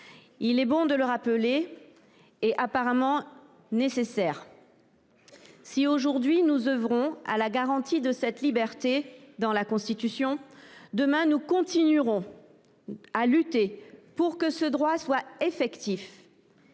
Il est bon et apparemment nécessaire de le rappeler. Si, aujourd’hui, nous œuvrons à la garantie de cette liberté dans la Constitution, demain, nous continuerons à lutter pour que ce droit soit effectif.